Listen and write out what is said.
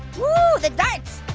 ooh the darts.